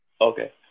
Okay